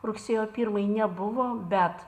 rugsėjo pirmai nebuvo bet